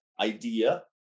idea